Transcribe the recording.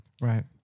Right